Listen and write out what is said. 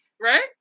right